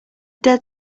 dead